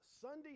Sunday